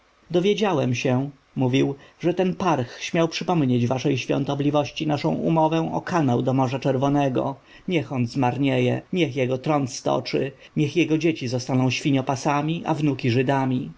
dowiedziałem się mówił że ten parch śmiał przypomnieć waszej świątobliwości naszą umowę o kanał do morza czerwonego niech on zmarnieje niech jego trąd stoczy niech jego dzieci zostaną świniopasami a wnuki żydami